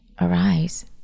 arise